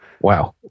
Wow